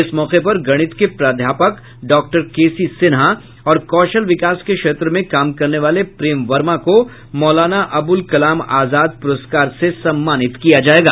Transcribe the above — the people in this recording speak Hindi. इस मौके पर गणित के प्रध्यापक डॉक्टर केसी सिन्हा और कौशल विकास के क्षेत्र में काम करने वाले प्रेम वर्मा को मौलाना अबुल कलाम आजाद पुरस्कार से सम्मानित किया जायेगा